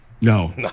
No